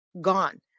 gone